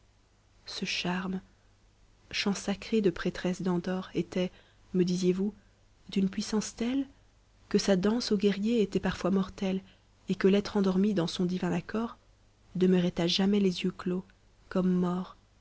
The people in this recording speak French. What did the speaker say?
ce charme chant sacré de prêtresse d'endor était me disiez-vous d'une puissance telle que sa danse aux guerriers était parfois mortelle et quel être endormi dans son divin accord demeurait à jamais les yeux clos comme mort